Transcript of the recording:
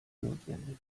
notwendig